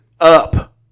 up